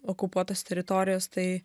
okupuotos teritorijos tai